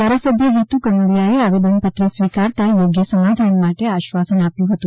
ધારાસભ્ય હિતુ કનોડિયાએ આવેદનપત્ર સ્વીકારતા યોગ્ય સમાધાન માટે આશ્વાસન આપ્યું હતું